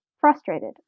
frustrated